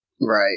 Right